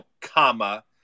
comma